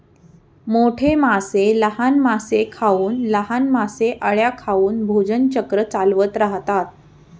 मोठे मासे लहान मासे खाऊन, लहान मासे अळ्या खाऊन भोजन चक्र चालवत राहतात